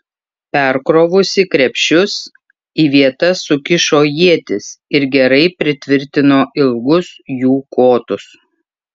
perkrovusi krepšius į vietas sukišo ietis ir gerai pritvirtino ilgus jų kotus